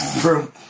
True